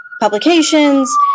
publications